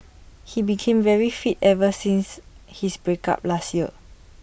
he became very fit ever since his break up last year